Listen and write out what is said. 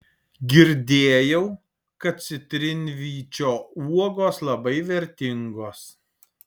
girdėjau kad citrinvyčio uogos labai vertingos